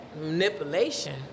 manipulation